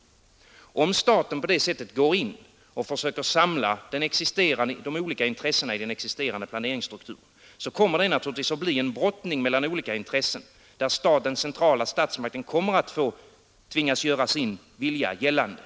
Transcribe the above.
Om staten på det sättet går in och försöker samla de olika intressena i den existerande planeringsstrukturen kommer det naturligtvis att bli en brottning mellan olika intressen, där den centrala statsmakten kommer att tvingas göra sin vilja gällande.